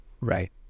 Right